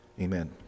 Amen